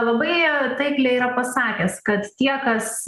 labai taikliai yra pasakęs kad tie kas